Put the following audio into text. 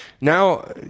Now